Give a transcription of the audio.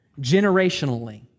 generationally